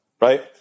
Right